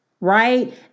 Right